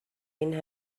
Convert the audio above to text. این